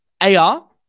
AR